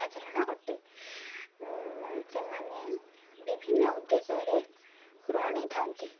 ସାଧାରଣ ଅଟେ ସେମାନେ ବିଭିନ୍ନ ଉଦ୍ଦେଶ୍ୟରେ ଋଣ ନେଇଥାନ୍ତି